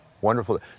wonderful